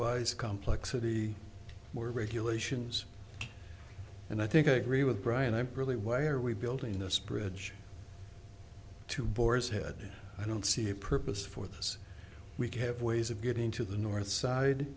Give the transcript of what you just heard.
wise complexity more regulations and i think i agree with brian i'm really why are we building this bridge to boar's head i don't see a purpose for this we could have ways of getting to the north side